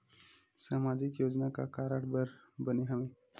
सामाजिक योजना का कारण बर बने हवे?